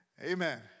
Amen